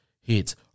hits